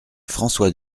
françois